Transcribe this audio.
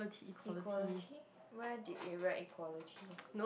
equality where did they write equality